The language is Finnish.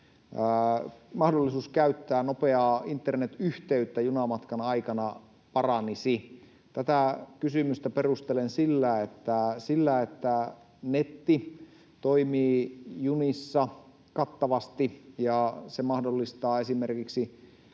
mahdollisuus käyttää nopeaa internetyhteyttä junamatkan aikana paranisi? Tätä kysymystä perustelen sillä, että jos netti toimii junissa kattavasti ja se mahdollistaa esimerkiksi